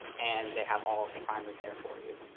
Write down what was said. and they have all of the primers there for you.